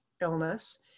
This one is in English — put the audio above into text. illness